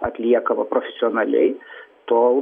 atliekama profesionaliai tol